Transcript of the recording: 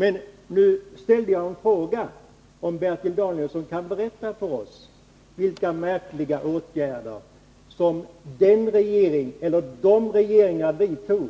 Jag frågade emellertid om Bertil Danielsson kan berätta för oss vilka märkliga åtgärder som de regeringar vidtog